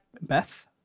beth